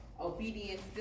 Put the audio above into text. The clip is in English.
Obedience